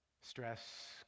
stress